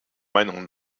meinung